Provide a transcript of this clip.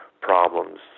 problems